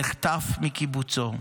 נחטף מקיבוצו,